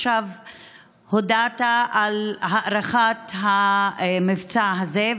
עכשיו הודעת על הארכת המבצע הזה.